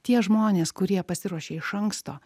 tie žmonės kurie pasiruošia iš anksto